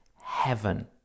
heaven